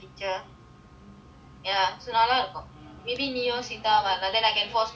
ya நல்ல இருக்கும்:nalla irukkum maybe நீயும் சீதாவும் வரது:neeyum seethaavum varathu and then I can force to come then you all can also like